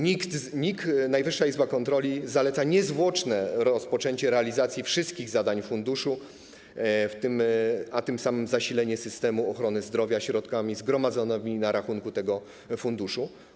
NIK, Najwyższa Izba Kontroli zaleca niezwłoczne rozpoczęcie realizacji wszystkich zadań funduszu, a tym samym zasilenie systemu ochrony zdrowia środkami zgromadzonymi na rachunku tego funduszu.